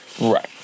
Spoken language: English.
Right